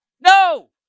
No